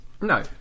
No